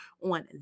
on